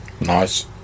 nice